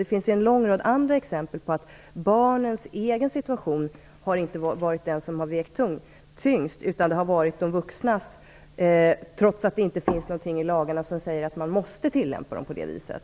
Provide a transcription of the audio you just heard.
Det finns en lång rad andra exempel på att barnens egen situation inte har vägt tyngst, utan det har varit de vuxnas, trots att det inte finns någonting i lagarna som säger att man måste tillämpa dem på det viset.